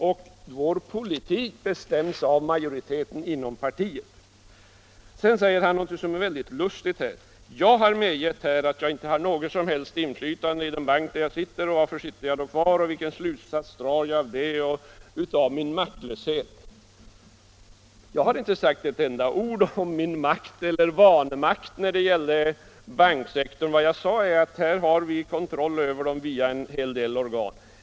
Och vår politik bestäms av majoriteten inom partiet. Jörn Svensson sade sedan något väldigt lustigt, nämligen att jag har medgivit att jag inte har något som helst inflytande i den bank i vars styrelse jag sitter, och han undrar varför jag då sitter kvar och vilken slutsats jag drar av min maktlöshet. Jag har inte sagt ett enda ord om min makt eller vanmakt när det gäller banksektorn. Jag har sagt att vi har kontroll över den via en hel del organ.